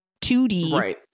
2d